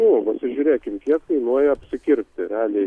o žiūrėkim kiek kainuoja apsikirpti realiai